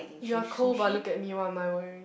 you are cold but look at me what am I wearing